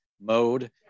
mode